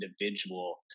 individual